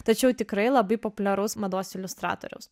tačiau tikrai labai populiaraus mados iliustratoriaus